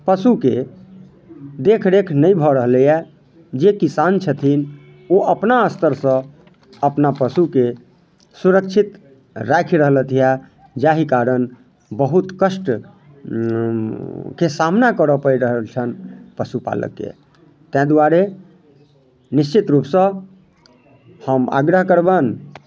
पशुके देखरेख नहि भऽ रहलैए जे किसान छथिन ओ अपना स्तरसँ अपना पशुकेँ सुरक्षित राखि रहलथि यए जाहि कारण बहुत कष्ट के सामना करय पड़ि रहल छनि पशु पालकके ताहि द्वारे निश्चित रूपसँ हम आग्रह करबनि